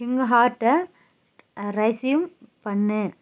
இங்க்ஹார்ட்டை resume பண்ணு